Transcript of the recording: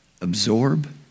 Absorb